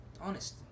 honest